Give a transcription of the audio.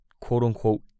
quote-unquote